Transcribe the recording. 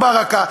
"ברקה",